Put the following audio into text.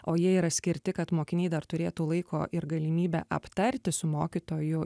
o jie yra skirti kad mokiniai dar turėtų laiko ir galimybę aptarti su mokytoju